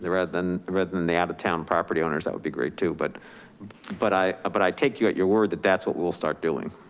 rather than rather than the out of town property owners. that would be great too. but but i ah but i take you at your word that that's what we will start doing.